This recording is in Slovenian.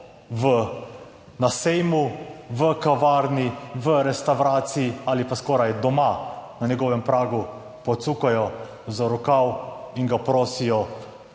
v na sejmu, v kavarni, v restavraciji ali pa skoraj doma na njegovem pragu pocukajo za rokav in ga prosijo: